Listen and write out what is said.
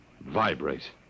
Vibrate